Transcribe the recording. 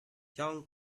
young